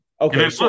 Okay